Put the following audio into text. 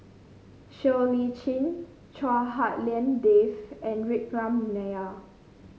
Siow Lee Chin Chua Hak Lien Dave and Vikram Nair